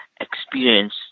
experience